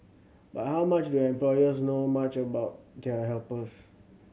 but how much do employers know much about their helpers